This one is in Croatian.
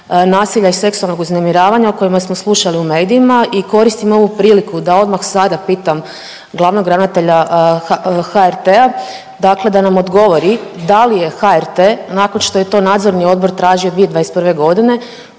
nasilja i seksualnog uznemiravanja o kojima smo slušali u medijima i koristim ovu priliku da odmah sada pitam glavnog ravnatelja HRT-a, dakle da nam odgovori da li je HRT nakon što je to Nadzorni odbor tražio 2021. godine